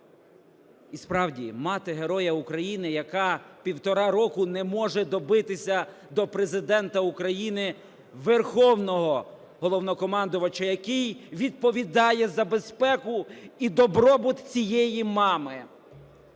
І справді, мати Героя України, яка півтора року не може добитися до Президента України – Верховного Головнокомандувача, який відповідає за безпеку і добробут цієї мами,